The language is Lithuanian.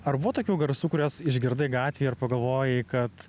ar buvo tokių garsų kuriuos išgirdai gatvėje ar pagalvojai kad